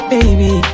Baby